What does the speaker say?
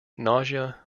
nausea